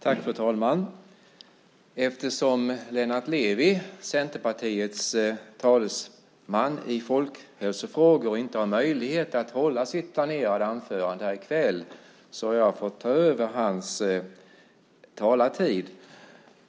Fru talman! Eftersom Lennart Levi, Centerpartiets talesman i folkhälsofrågor, inte har möjlighet att hålla sitt planerade anförande här i kväll har jag fått ta över hans talartid.